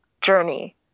journey